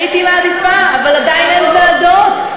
הייתי מעדיפה, אבל עדיין אין ועדות.